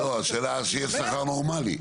השאלה היא שיהיה שכר נורמלי.